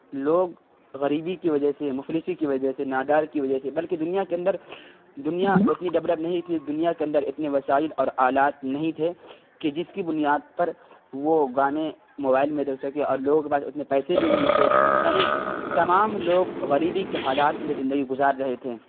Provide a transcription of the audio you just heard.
لوگ غریبی کی وجہ سے مفلسی کی وجہ سے نادار کی وجہ سے بلکہ دنیا کے اندر دنیا اتنی ڈیولپ نہیں تھی دنیا کے اندر اتنے وسائل اور آلات نہیں تھے کہ جس کی بنیاد پر وہ گانے موبائل میں دیکھ سکے اور لوگوں کے پاس اتنے پیسے بھی نہیں تھے یعنی تمام لوگ غریبی کے حالات میں زندگی گزار رہے تھے